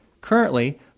Currently